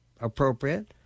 Appropriate